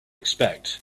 expect